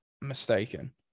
mistaken